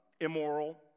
immoral